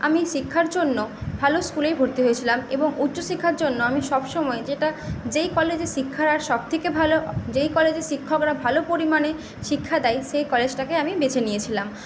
আমি শিক্ষার জন্য ভালো স্কুলেই ভর্তি হয়েছিলাম এবং উচ্চশিক্ষার জন্য আমি সবসময়ে যেটা যেই কলেজে শিক্ষার হার সবথেকে ভালো যেই কলেজে শিক্ষকরা ভালো পরিমাণে শিক্ষা দেয় সেই কলেজটাকে আমি বেছে নিয়েছিলাম